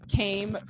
came